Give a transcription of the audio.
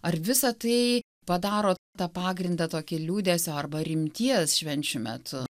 ar visa tai padaro tą pagrindą tokį liūdesio arba rimties švenčių metu